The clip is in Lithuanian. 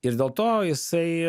ir dėl to jisai